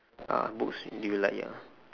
uh books you like ya